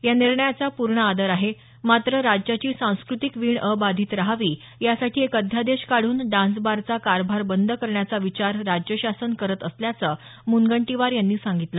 या निर्णयाचा पूर्ण आदर आहे मात्र राज्याची सांस्कृतिक वीण अबाधित राहावी यासाठी एक अध्यादेश काढून डान्सबारचा कारभार बंद करण्याचा विचार राज्यशासन करत असल्याचं मुनगंटीवार यांनी सांगितलं